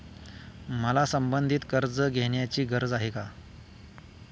मला संबंधित कर्ज घेण्याची गरज आहे